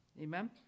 Amen